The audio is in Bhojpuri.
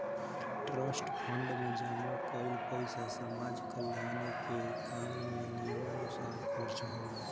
ट्रस्ट फंड में जमा कईल पइसा समाज कल्याण के काम में नियमानुसार खर्चा होला